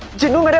genu but